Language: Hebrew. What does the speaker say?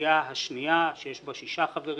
והסיעה השנייה שיש בה 6 חברים,